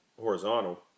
horizontal